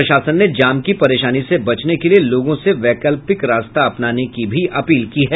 प्रशासन ने जाम की परेशानी से बचने के लिये लोगों से वैकल्पिक रास्ता अपनाने की अपील की है